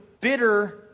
bitter